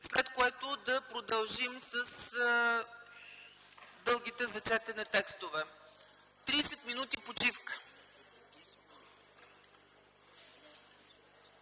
след което да продължим с дългите за четене текстове. Тридесет минути почивка.